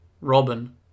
Robin